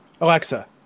Alexa